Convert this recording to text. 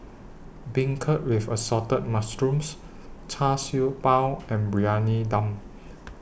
Beancurd with Assorted Mushrooms Char Siew Bao and Briyani Dum